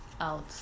out